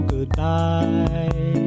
Goodbye